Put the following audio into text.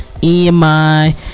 EMI